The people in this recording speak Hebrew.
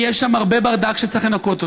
יש שם הרבה ברדק שצריך לנקות אותו.